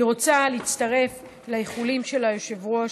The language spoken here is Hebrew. אני רוצה להצטרף לאיחולים של היושב-ראש,